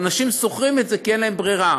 ואנשים שוכרים את זה כי אין להם ברירה.